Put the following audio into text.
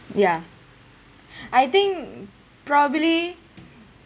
ya I think probably